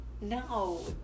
No